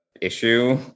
issue